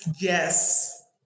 Yes